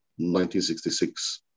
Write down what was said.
1966